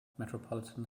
metropolitan